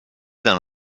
dans